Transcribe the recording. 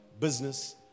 business